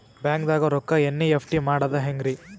ಬ್ಯಾಂಕ್ದಾಗ ರೊಕ್ಕ ಎನ್.ಇ.ಎಫ್.ಟಿ ಮಾಡದ ಹೆಂಗ್ರಿ?